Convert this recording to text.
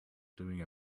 doing